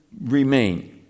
remain